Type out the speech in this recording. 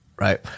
right